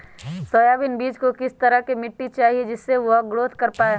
Soybean बीज को किस तरह का मिट्टी चाहिए जिससे वह ग्रोथ कर पाए?